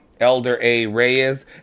elderareyes